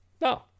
No